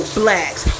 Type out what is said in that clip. blacks